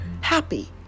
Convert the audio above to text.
happy